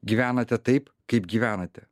gyvenate taip kaip gyvenate